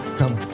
come